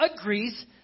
agrees